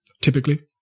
typically